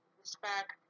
respect